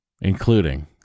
including